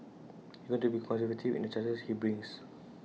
he is going to be conservative in the charges he brings